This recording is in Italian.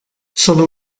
sono